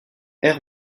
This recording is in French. air